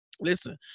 Listen